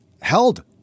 held